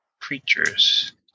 creatures